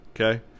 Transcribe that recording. Okay